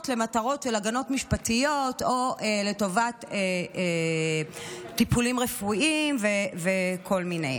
למטרות של הגנות משפטיות או לטובת טיפולים רפואיים וכל מיני.